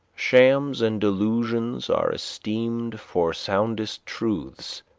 shams and delusions are esteemed for soundest truths,